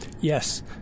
Yes